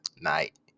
night